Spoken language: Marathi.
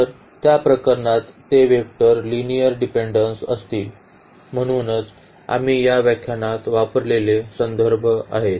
तर त्या प्रकरणात ते वेक्टर लिनिअर डिपेन्डेन्स असतील म्हणूनच आम्ही या व्याख्यानात वापरलेले संदर्भ आहेत